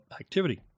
activity